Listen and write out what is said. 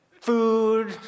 food